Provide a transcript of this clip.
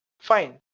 fine.